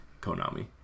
Konami